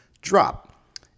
drop